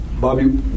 Bobby